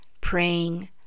praying